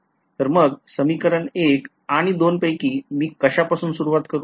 तर मग समीकरण १ आणि २ पैकी मी कशापासून सुरवात करू